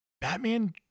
batman